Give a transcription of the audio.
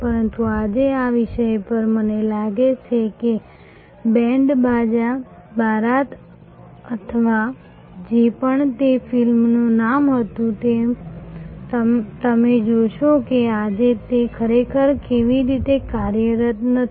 પરંતુ આજે આ વિષય પર મને લાગે છે કે બેન્ડ બાજા બારાત અથવા જે પણ તે ફિલ્મનું નામ હતું તમે જોશો કે આજે તે ખરેખર કેવી રીતે કાર્યરત નથી